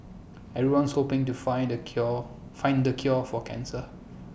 everyone's hoping to find the cure find the cure for cancer